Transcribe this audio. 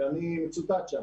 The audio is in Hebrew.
אני מצוטט שם.